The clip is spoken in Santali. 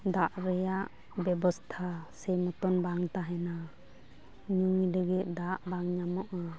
ᱫᱟᱜ ᱨᱮᱭᱟᱜ ᱵᱮᱵᱚᱥᱛᱷᱟ ᱥᱮ ᱢᱚᱛᱚᱱ ᱵᱟᱝ ᱛᱮᱦᱮᱱᱟ ᱧᱩᱭ ᱞᱟᱹᱜᱤᱫ ᱫᱟᱜ ᱵᱟᱝ ᱧᱟᱢᱚᱜᱼᱟ